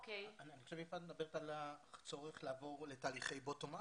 אני חושב שיפעת מדברת על הצורך לעבור לתהליכי בוטום-אפ